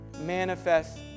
manifest